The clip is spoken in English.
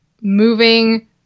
moving